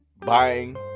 buying